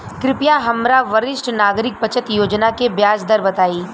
कृपया हमरा वरिष्ठ नागरिक बचत योजना के ब्याज दर बताई